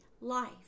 life